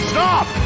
Stop